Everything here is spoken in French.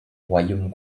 royaumes